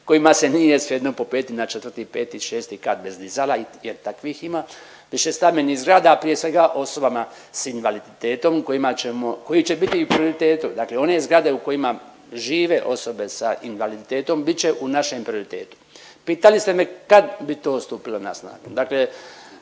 kojima se nije svejedno popeti na 4., 5. i 6. kat bez dizala jer i takvih ima višestambenih zgrada, a prije svega osobama s invaliditetom kojima ćemo koji će biti i u prioritetu, dakle one zgrade u kojima žive osobe s invaliditetom bit će u našem prioritetu. Pitali ste me kad bi to stupilo na snagu,